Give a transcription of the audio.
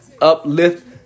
uplift